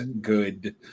good